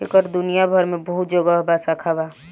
एकर दुनिया भर मे बहुत जगह पर शाखा बा